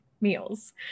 meals